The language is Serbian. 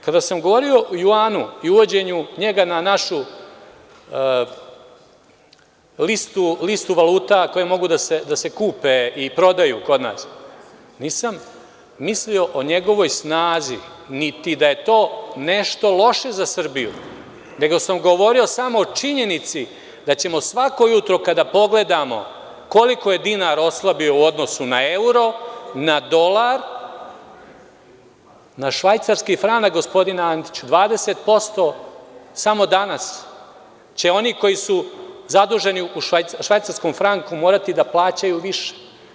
Kada sam govorio o juanu i uvođenju njega na našu listu valuta koje mogu da se kupe i prodaju kod nas, nisam mislio o njegovoj snazi niti da je to nešto loše za Srbiju, nego sam govorio samo o činjenici da ćemo svako jutro kada pogledamo koliko je dinar oslabio u odnosu na euro, na dolar, na švajcarski franak, gospodine Antiću, 20% samo danas će oni koji su zaduženi u švajcarskom franku morati da plaćaju više.